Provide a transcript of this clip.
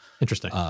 Interesting